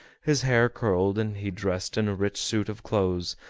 his hair curled, and he dressed in a rich suit of clothes,